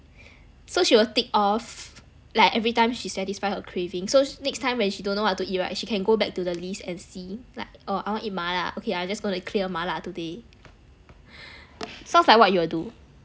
so she will tick off like everytime she satisfy her craving so next time when she don't know what to eat right she can go back to the list and see like orh I want eat 麻辣 okay I'm just gonna clear 麻辣 today sounds like what you will do